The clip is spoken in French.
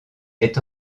est